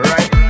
Right